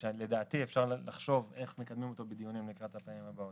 לדעתי אפשר לחשוב איך מקדמים אותו בדיונים לקראת הפעמים הבאות.